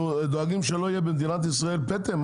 אנחנו דואגים שלא יהיה במדינת ישראל פטם?